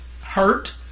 hurt